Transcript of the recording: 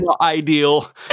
ideal